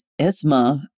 ESMA